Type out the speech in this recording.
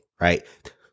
right